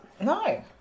No